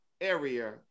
area